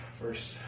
first